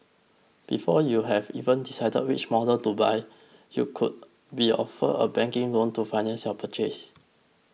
before you've even decided which models to buy you could be offered a banking loan to finance your purchase